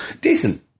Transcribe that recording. Decent